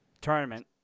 Tournament